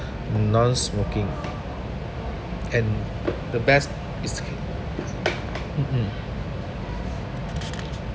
non-smoking and the best is mm mm